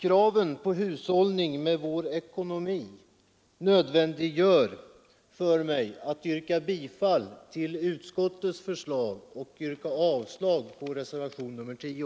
Kraven på ekonomisk hushållning gör det nödvändigt för mig att yrka bifall till utskottets förslag och avslag på reservationen 10.